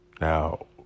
Now